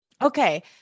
Okay